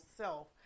self